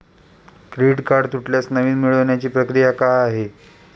Credit card तुटल्यास नवीन मिळवण्याची प्रक्रिया काय आहे?